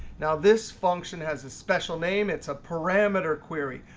now this function has a special name. it's a parameter query.